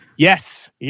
Yes